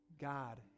God